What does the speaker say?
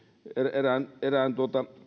erään erään